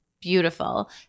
beautiful